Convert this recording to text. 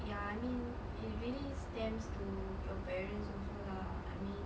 ya I mean it really stems to your parents also lah I mean